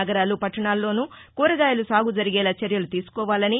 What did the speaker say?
నగరాలు పట్లణాల్లోనూ కూరగాయల సాగుజరిగేలా చర్యలు తీసుకోవాలని